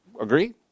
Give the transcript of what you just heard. Agree